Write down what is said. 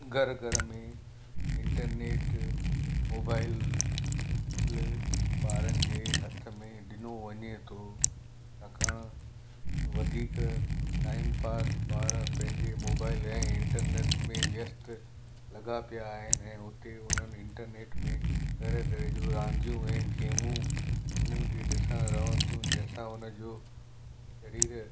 घर घर में इंटरनेट मोबाइल ल ॿारनि जे हथ में ॾिनो वञे थो छाकाणि वधीक टाइमपास ॿार पंहिंजे मोबाइल ऐं इंटरनेट में व्यस्त लॻा पिया आहिनि ऐं उते उन्हनि इंटरनेट में तरह तरह जूं रांदियूं ऐं गेमूं उन्हनि खे ॾिसणु रहनि थियूं जंहिंसां उन जो शरीर